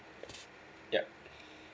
yup